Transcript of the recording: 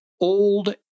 old